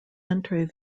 enter